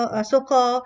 uh so called